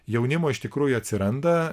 jaunimo iš tikrųjų atsiranda